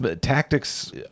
Tactics